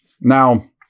Now